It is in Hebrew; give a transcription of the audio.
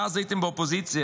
שאז הייתם באופוזיציה,